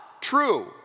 true